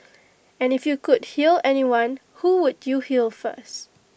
and if you could heal anyone who would you heal first